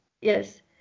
Yes